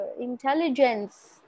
intelligence